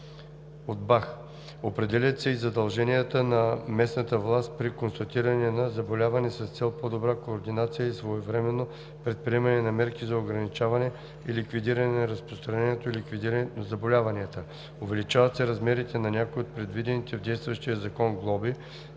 храните. Определят се и задълженията на местната власт при констатиране на заболяване с цел по-добра координация и своевременно предприемане на мерки за ограничаване и ликвидиране на разпространението и ликвидиране на заболяванията. Увеличават се размерите на някои от предвидените в действащия закон глоби